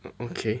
okay